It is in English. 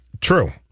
True